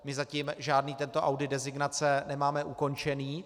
My zatím žádný tento audit designace nemáme ukončený.